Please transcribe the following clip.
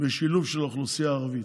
בשילוב של האוכלוסייה הערבית,